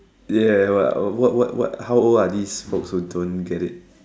ya what what what what how old are these folks who don't get it